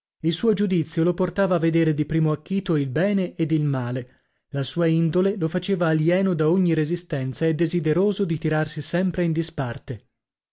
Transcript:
il suo giudizio lo portava a vedere di primo acchito il bene ed il male la sua indole lo faceva alieno da ogni resistenza e desideroso di tirarsi sempre in disparte